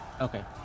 Okay